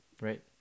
Right